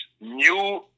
new